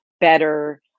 better